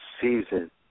Season